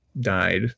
died